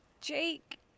jake